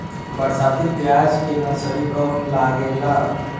बरसाती प्याज के नर्सरी कब लागेला?